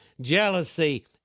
jealousy